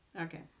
Okay